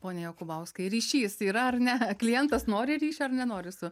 pone jakubauskai ryšys yra ar ne klientas nori ryšio ar nenori su